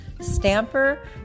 stamper